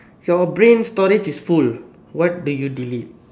your brain storage is full what do you delete